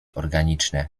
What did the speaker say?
organiczne